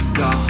go